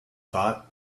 thought